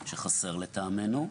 שחסר לטעמנו.